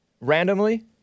randomly